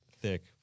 thick